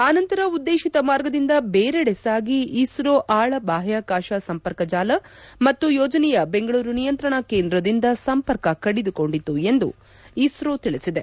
ಆನಂತರ ಉದ್ಲೇತಿತ ಮಾರ್ಗದಿಂದ ಬೇರೆಡೆ ಸಾಗಿ ಇಸ್ತೋ ಆಳ ಬಾಹ್ನಾಕಾಶ ಸಂಪರ್ಕ ಜಾಲ ಮತ್ತು ಯೋಜನೆಯ ಬೆಂಗಳೂರು ನಿಯಂತ್ರಣ ಕೇಂದ್ರದಿಂದ ಸಂಪರ್ಕ ಕಡಿದುಕೊಂಡಿತು ಎಂದು ಇಸ್ತೋ ತಿಳಿಸಿದೆ